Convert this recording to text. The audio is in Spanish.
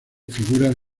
figuras